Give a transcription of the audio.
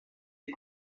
est